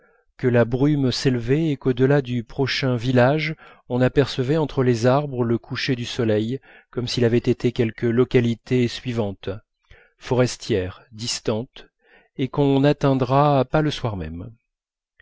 que la brume s'élevait et qu'au delà du prochain village on apercevrait entre les arbres le coucher du soleil comme s'il avait été quelque localité suivante forestière distante et qu'on n'atteindra pas le soir même